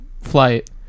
flight